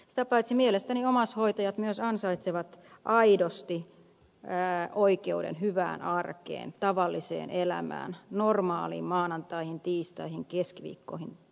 sitä paitsi mielestäni omaishoitajat myös ansaitsevat aidosti oikeuden hyvään arkeen tavalliseen elämään normaaliin maanantaihin tiistaihin keskiviikkoon torstaihin